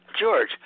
George